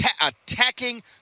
attacking